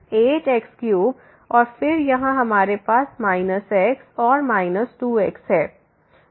8 x3 और फिर यहाँ हमारे पास माइनस x और माइनस 2 x है